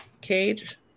cage